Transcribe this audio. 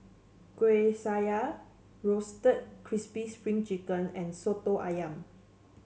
Kueh Syara Roasted Crispy Spring Chicken and Soto ayam